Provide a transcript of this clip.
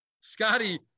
scotty